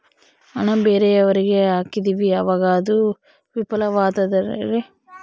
ಹಣ ಬೇರೆಯವರಿಗೆ ಹಾಕಿದಿವಿ ಅವಾಗ ಅದು ವಿಫಲವಾದರೆ?